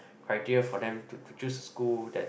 criteria for them to choose school that